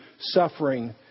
suffering